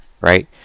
right